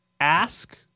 ask